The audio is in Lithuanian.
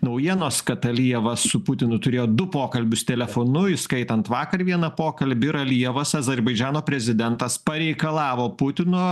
naujienos kad alijevas su putinu turėjo du pokalbius telefonu įskaitant vakar vieną pokalbį ir alijevas azerbaidžano prezidentas pareikalavo putino